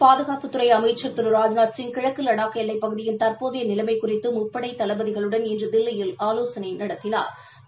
பாதுகாப்புத்துறை அமைச்சர் திரு ராஜ்நாத்சிங் கிழக்கு வடாக் எல்லைப்பகுதியின் தற்போதைய நிலைமை குறித்து முப்படை தளபதிகளுடன் இன்று தில்லியில் ஆலோசனை நடத்தினாா்